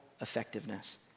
effectiveness